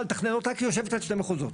לתכנן אותה כי היא יושבת על שני מחוזות.